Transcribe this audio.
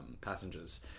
passengers